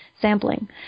sampling